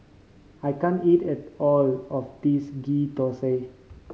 I can't eat at all of this Ghee Thosai